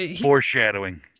Foreshadowing